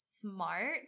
smart